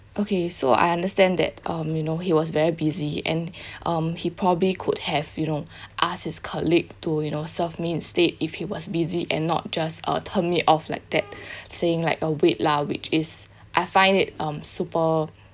okay so I understand that um you know he was very busy and um he probably could have you know asked his colleague to you know serve me instead if he was busy and not just uh turn me off like that saying like uh wait lah which is I find it um super